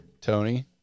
tony